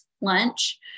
lunch